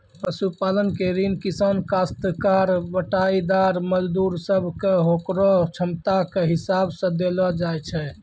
पशुपालन के ऋण किसान, कास्तकार, बटाईदार, मजदूर सब कॅ होकरो क्षमता के हिसाब सॅ देलो जाय छै